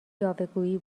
یاوهگویی